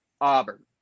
Auburn